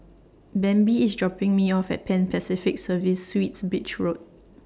Bambi IS dropping Me off At Pan Pacific Serviced Suites Beach Road